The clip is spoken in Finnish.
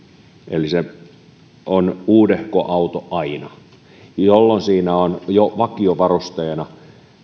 eli se on uudehko auto aina jolloin siinä on jo vakiovarusteena